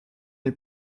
les